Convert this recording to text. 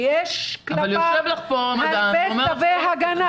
שיש כלפיו אלפי צווי הגנה